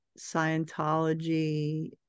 scientology